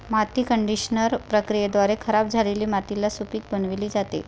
माती कंडिशनर प्रक्रियेद्वारे खराब झालेली मातीला सुपीक बनविली जाते